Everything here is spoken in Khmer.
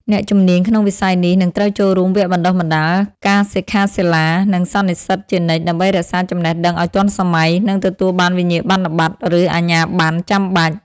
អ្នកជំនាញក្នុងវិស័យនេះនឹងត្រូវចូលរួមវគ្គបណ្តុះបណ្តាល ការសិក្ខាសាលា និងសន្និសីទជានិច្ច ដើម្បីរក្សាចំណេះដឹងឱ្យទាន់សម័យ និងទទួលបានវិញ្ញាបនបត្រ ឬអាជ្ញាប័ណ្ណចាំបាច់។